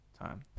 time